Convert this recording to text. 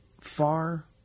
far